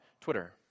Twitter